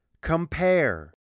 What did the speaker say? compare